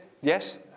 Yes